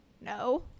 no